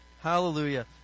Hallelujah